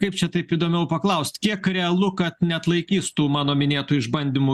kaip čia taip įdomiau paklaust kiek realu kad neatlaikys tų mano minėtų išbandymų